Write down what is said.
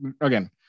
again